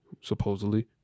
supposedly